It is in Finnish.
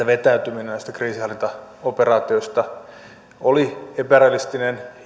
vetäytyminen näistä kriisinhallintaoperaatioista oli epärealistinen